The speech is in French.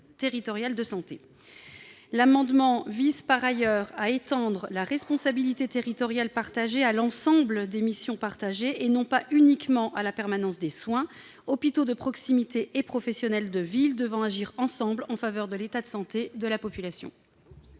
territoriales de santé. L'amendement vise par ailleurs à étendre la responsabilité territoriale partagée à l'ensemble des missions partagées et non pas uniquement à la permanence des soins, hôpitaux de proximité et professionnels de ville devant agir ensemble en faveur de l'état de santé de la population.